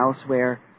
elsewhere